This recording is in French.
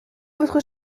votre